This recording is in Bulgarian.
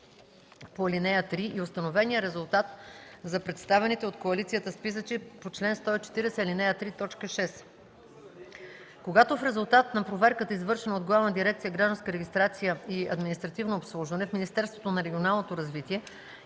по ал. 3 и установения резултат за представените от коалицията списъци по чл. 140, ал. 3, т. 6. (5) Когато в резултат на проверката, извършвана от Главна дирекция „Гражданска регистрация и административно обслужване” в Министерството на регионалното развитие,